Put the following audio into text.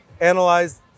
analyze